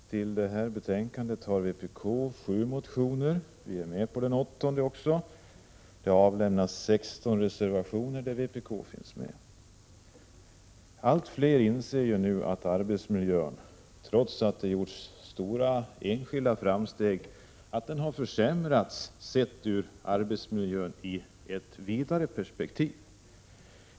Herr talman! I det här betänkandet behandlas sju motioner av vpk, och vi är också med på den åttonde. Det har avgivits 16 reservationer där vpk finns med. Allt fler inser att arbetsmiljön, trots att det har gjorts stora enskilda framsteg, försämras sett ur ett vidare arbetsmiljöperspektiv.